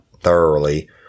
thoroughly